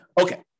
Okay